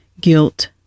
guilt